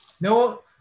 no